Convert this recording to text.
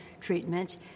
treatment